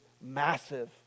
massive